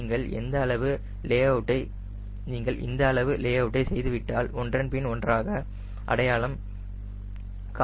நீங்கள் இந்த லே அவுட்டை செய்துவிட்டால் ஒன்றன்பின் ஒன்றாக அடையாளம் காண வேண்டும்